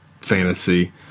fantasy